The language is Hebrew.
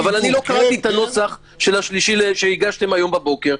אני לא קראתי את הנוסח שהגשתם הבוקר.